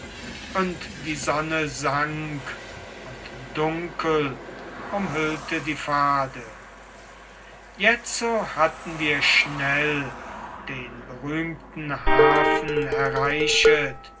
und die sonne sank und dunkel umhüllte die pfade jetzo hatten wir schnell den berühmten hafen erreichet